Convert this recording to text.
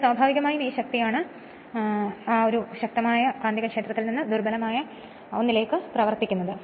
അതിനാൽ സ്വാഭാവികമായും ഈ ശക്തിയാണ് ശക്തമായ കാന്തികക്ഷേത്രത്തിൽ നിന്ന് ദുർബലമായ ഒന്നിലേക്ക് പ്രവർത്തിക്കുന്നത്